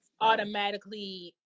automatically